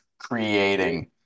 creating